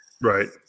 Right